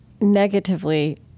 negatively